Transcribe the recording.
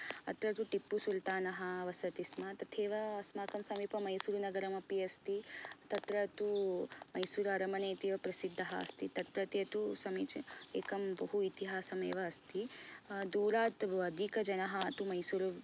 अत्र तु टिप्पु सुल्तानः वसति स्म तथेव अस्माकं समीपं मैसूरुनगरं अपि अस्ति तत्र तु मैसूरु अरमने इत्येव प्रसिद्धः अस्ति तत् कृते तु बहु समीचीनं एकं बहु इतिहासं एव अस्ति दूरात् अधिकजनाः तु मैसूरु